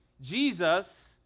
Jesus